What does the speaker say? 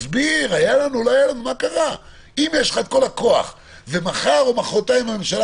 אם יש לך את כל הכוח ומחר או מוחרתיים הממשלה